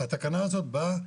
התקנה הזאת באה,